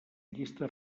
llista